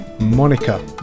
Monica